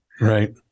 right